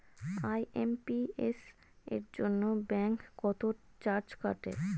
IMPS এর জন্য bank কত চার্জ কাটে?